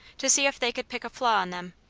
to see if they could pick a flaw in them.